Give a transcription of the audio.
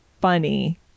funny